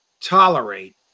tolerate